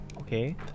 Okay